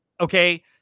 Okay